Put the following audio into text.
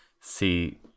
See